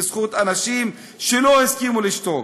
בזכות אנשים שלא הסכימו לשתוק.